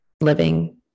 living